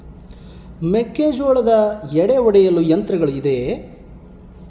ಮೆಕ್ಕೆಜೋಳದ ಎಡೆ ಒಡೆಯಲು ಯಂತ್ರಗಳು ಇದೆಯೆ?